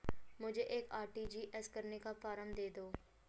मुझे एक आर.टी.जी.एस करने का फारम दे दो?